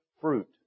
fruit